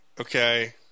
okay